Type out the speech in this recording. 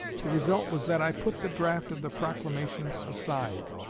the result was that i put the draft of the proclamation aside,